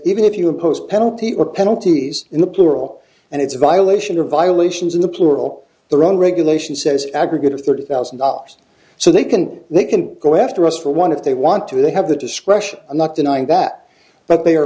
even if you oppose penalty or penalties in the plural and it's a violation of violations in the plural the wrong regulation says aggregate to thirty thousand dollars so they can they can go after us for one if they want to they have the discretion i'm not denying that but they are